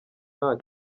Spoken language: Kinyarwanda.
nta